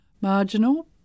marginal